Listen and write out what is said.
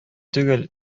түгел